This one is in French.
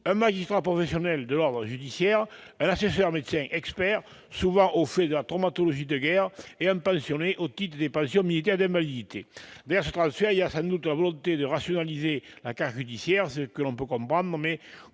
un magistrat professionnel de l'ordre judiciaire, un assesseur médecin expert, souvent au fait de la traumatologie de guerre, et un pensionné au titre des pensions militaires d'invalidité. Ce transfert est sans doute sous-tendu par la volonté de rationaliser la carte judiciaire, ce que l'on peut comprendre, mais